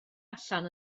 allan